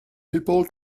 people